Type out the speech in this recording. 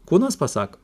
kūnas pasako